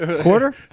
quarter